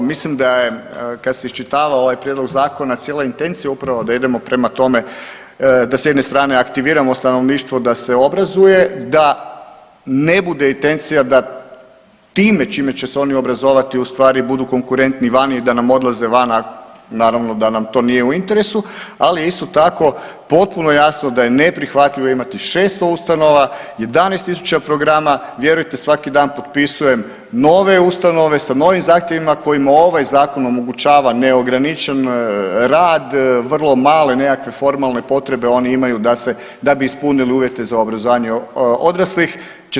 Mislim da je kad se iščitavao ovaj prijedlog zakona cijela intencija je upravo da idemo prema tome da s jedne strane aktiviramo stanovništvo da se obrazuje da ne bude intencija da time čime će se oni obrazovati u stvari budu konkurentni vani, da nam odlaze van, naravno da nam to nije u interesu, ali je isto tako potpuno jasno da je neprihvatljivo imati 600 ustanova, 11.000 programa, vjerujte svaki dan potpisujem nove ustanove sa novim zahtjevima kojima ovaj zakon omogućava neograničen rad, vrlo male nekakve formalne potrebe oni imaju da bi ispunili uvjete za obrazovanje odraslih.